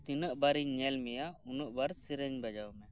ᱛᱤᱱᱟᱹᱜ ᱵᱟᱨ ᱤᱧ ᱧᱮᱞ ᱢᱮᱭᱟ ᱩᱱᱟᱹᱜ ᱵᱟᱨ ᱥᱮᱨᱮᱧ ᱵᱟᱡᱟᱣ ᱢᱮ